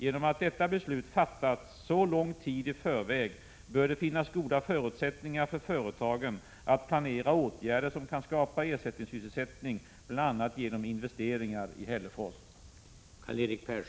Genom att detta beslut fattats så lång tid i förväg bör det finnas goda förutsättningar för företagen att planera åtgärder som kan skapa ersättningssysselsättning, bl.a. genom investeringar i Hällefors.